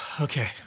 okay